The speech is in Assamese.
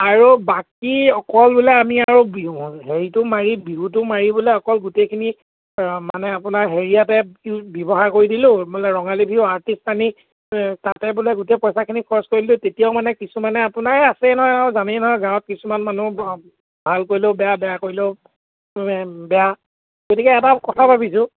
আৰু বাকী অকল বোলে আমি আৰু বিহু হেৰিটো মাৰি বিহুটো মাৰি বোলে অকল গোটেইখিনি মানে আপোনাৰ হেৰিয়াতে ব্যৱহাৰ কৰি দিলোঁ বোলে ৰঙালী বিহু আৰ্টিষ্ট আনি তাতে বোলে গোটেই পইচাখিনি খৰচ কৰি দিলোঁ তেতিয়াও মানে কিছুমানে আপোনাৰ এই আছেই নহয় আৰু জানেই নহয় গাঁৱত কিছুমান মানুহ ভাল কৰিলেও বেয়া বেয়া কৰিলেও এই বেয়া গতিকে এটা কথা ভাবিছোঁ